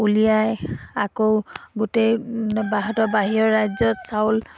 উলিয়াই আকৌ গোটেই ভাৰতৰ বাহিৰৰ ৰাজ্যত চাউল